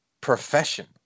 profession